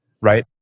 right